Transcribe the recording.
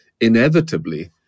inevitably